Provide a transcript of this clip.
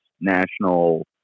national